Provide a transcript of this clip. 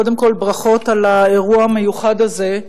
קודם כול ברכות על האירוע המיוחד הזה,